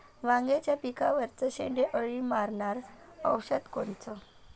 वांग्याच्या पिकावरचं शेंडे अळी मारनारं औषध कोनचं?